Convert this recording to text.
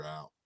out